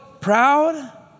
proud